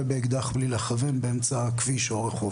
באקדח בלי לכוון באמצע הכביש או הרחוב.